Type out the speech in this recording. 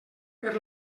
per